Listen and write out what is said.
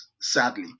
sadly